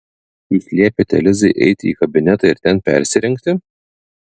jūs liepėte lizai eiti į kabinetą ir ten persirengti